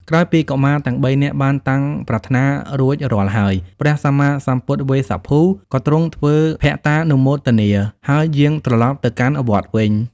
ក្រោយពីកុមារទាំងបីនាក់បានតាំងប្រាថ្នារួចរាល់ហើយ ព្រះសម្មាសម្ពុទ្ធវេស្សភូ ក៏ទ្រង់ធ្វើភត្តានុមោទនា ហើយយាងត្រឡប់ទៅកាន់វត្តវិញ។